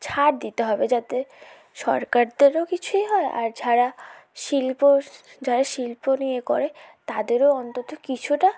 ছাড় দিতে হবে যাতে সরকারদেরও কিছুই হয় আর যারা শিল্প যারা শিল্প নিয়ে করে তাদেরও অন্তত কিছুটা